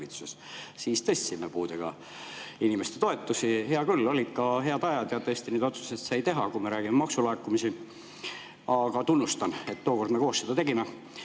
Siis tõstsime puudega inimeste toetusi. Hea küll, olid ka head ajad ja tõesti need otsused sai teha, kui me [peame silmas] maksulaekumisi. Aga tunnustan, et tookord me koos seda tegime.